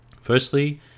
Firstly